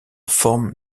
forme